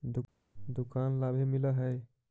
दुकान ला भी मिलहै?